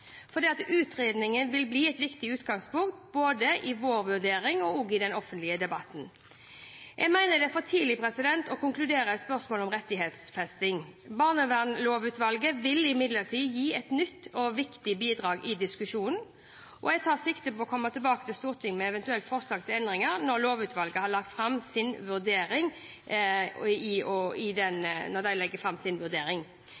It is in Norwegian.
fordi utredningen vil bli et viktig utgangspunkt både i vår vurdering og i den offentlige debatten. Jeg mener det er for tidlig å konkludere i spørsmålet om rettighetsfesting. Barnevernlovutvalget vil imidlertid gi et nytt og viktig bidrag i diskusjonen, og jeg tar sikte på å komme tilbake til Stortinget med eventuelle forslag til endringer når lovutvalget har lagt fram sin vurdering. Selv om det har vært flere utvalg som har sett på dette og